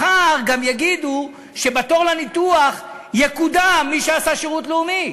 מחר גם יגידו שבתור לניתוח יקודם מי שעשה שירות לאומי,